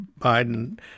Biden